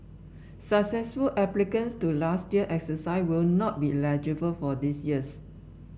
successful applicants to last year's exercise will not be eligible for this year's